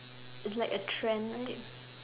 is like a trend